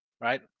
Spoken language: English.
right